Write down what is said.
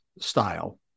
style